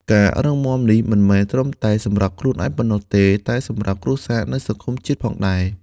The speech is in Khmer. ការរឹងមាំនេះ មិនមែនត្រឹមតែសម្រាប់ខ្លួនឯងប៉ុណ្ណោះទេ តែសម្រាប់គ្រួសារ និងសង្គមជាតិផងដែរ។